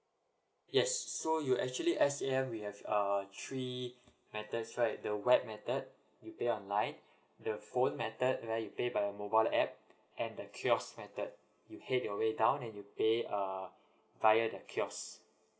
yes so you actually S_A_M we have uh three methods right the web method you pay online the phone method where you pay by a mobile app and the kiosk method you head your away down and you pay err via the kiosk